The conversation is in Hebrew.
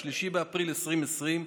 3 באפריל 2020,